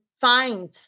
find